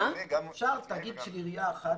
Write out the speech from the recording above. אפשר תאגיד של עירייה אחת,